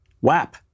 Wap